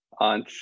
on